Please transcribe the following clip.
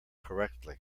correctly